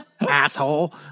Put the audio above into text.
asshole